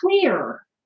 clear